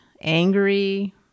angry